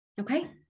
Okay